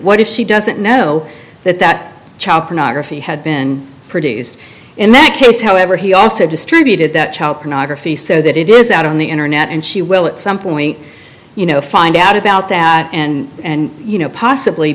what if she doesn't know that that child pornography had been produced in that case however he also distributed that child pornography so that it is out on the internet and she will at some point you know find out about that and you know possibly